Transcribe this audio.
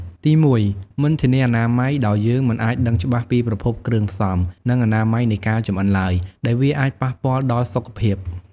ទីមួយ មិនធានាអនាម័យ ដោយយើងមិនអាចដឹងច្បាស់ពីប្រភពគ្រឿងផ្សំ និងអនាម័យនៃការចម្អិនឡើយ ដែលវាអាចប៉ះពាល់ដល់សុខភាព។